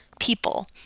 people